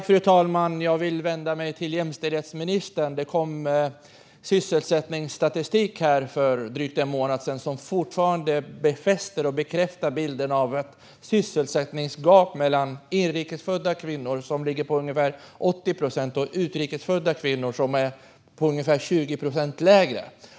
Fru talman! Jag vill vända mig till jämställdhetsministern. Det kom sysselsättningsstatistik för drygt en månad sedan som fortfarande bekräftar bilden av sysselsättningsgapet mellan inrikes och utrikes födda kvinnor. Sysselsättningen för inrikes födda kvinnor ligger på ungefär 80 procent, medan siffran för utrikes födda kvinnor är ungefär 20 procent lägre.